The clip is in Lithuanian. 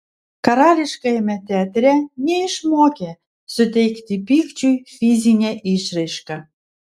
karališkajame teatre neišmokė suteikti pykčiui fizinę išraišką